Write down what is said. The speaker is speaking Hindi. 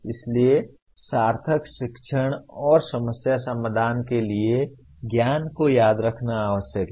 इसलिए सार्थक शिक्षण और समस्या समाधान के लिए ज्ञान को याद रखना आवश्यक है